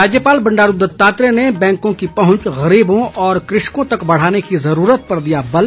राज्यपाल बंडारू दत्तात्रेय ने बैंकों की पहंच गरीबों और कृषकों तक बढ़ाने की ज़रूरत पर दिया बल